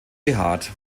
behaart